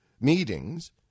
meetings